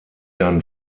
dann